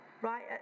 right